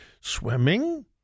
Swimming